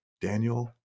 Daniel